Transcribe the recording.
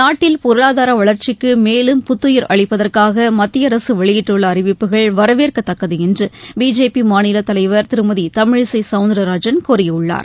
நாட்டில் பொருளாதார வளர்ச்சிக்கு மேலும் புத்துயிர் அளிப்பதற்காக மத்திய அரசு வெளியிட்டுள்ள அறிவிப்புகள் வரவேற்கத்தக்கது என்று பிஜேபி மாநில தலைவர் திருமதி தமிழிசை சவுந்தரராஜன் கூறியுள்ளார்